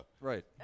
Right